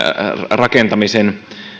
rakentamisen